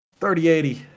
3080